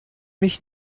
mich